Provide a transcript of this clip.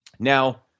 Now